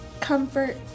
comfort